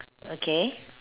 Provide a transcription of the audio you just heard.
okay